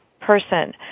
person